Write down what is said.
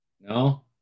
no